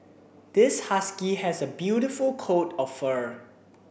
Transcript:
this husky has a beautiful coat of fur